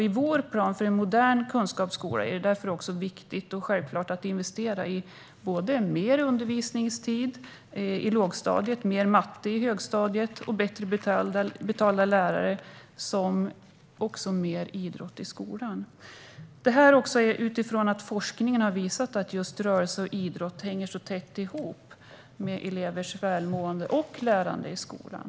I vår plan för en modern kunskapsskola är det därför också viktigt och självklart att investera i mer undervisningstid i lågstadiet, mer matte i högstadiet, bättre betalda lärare och mer idrott i skolan. Forskning har ju visat att rörelse och idrott hänger tätt ihop med elevernas välmående och lärande i skolan.